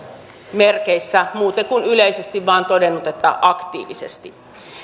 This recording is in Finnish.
merkeissä muuten kuin yleisesti vain todennut että aktiivisesti